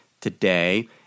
today